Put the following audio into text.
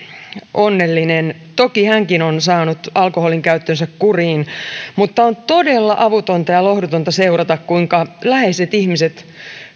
onnellinen toki hänkin on saanut alkoholinkäyttönsä kuriin mutta on todella avutonta ja lohdutonta seurata kuinka läheiset ihmiset